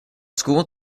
school